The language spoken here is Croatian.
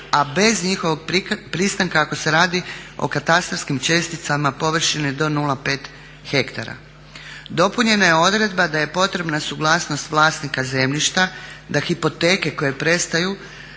a bez njihovog pristanka ako se radi o katastarskim česticama površine do 0,5 hektara. Dopunjena je odredba da je potrebna suglasnost vlasnika zemljišta da hipoteke koje prestaju